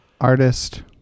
Artist